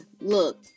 Look